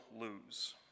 lose